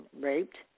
raped